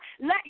Let